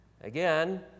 Again